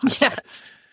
Yes